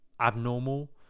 abnormal